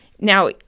Now